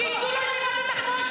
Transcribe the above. שייתנו לו את גבעת התחמושת?